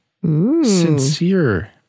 Sincere